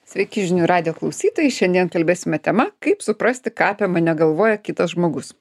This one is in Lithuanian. sveiki žinių radijo klausytojai šiandien kalbėsime tema kaip suprasti ką apie mane galvoja kitas žmogus